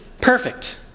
perfect